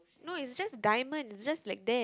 no it's just diamonds it's just like that